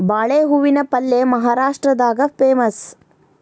ಬಾಳೆ ಹೂವಿನ ಪಲ್ಯೆ ಮಹಾರಾಷ್ಟ್ರದಾಗ ಪೇಮಸ್